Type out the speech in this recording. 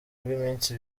rw’iminsi